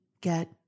get